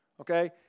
Okay